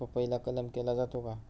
पपईला कलम केला जातो का?